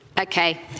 Okay